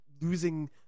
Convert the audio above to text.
losing